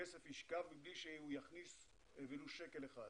הכסף ישכב מבלי שיכניס שקל אחד.